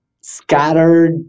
scattered